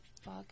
fuck